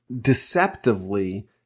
deceptively